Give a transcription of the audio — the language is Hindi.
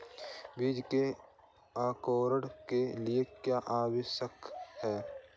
बीज के अंकुरण के लिए क्या आवश्यक है?